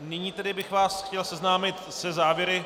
Nyní tedy bych vás chtěl seznámit se závěry...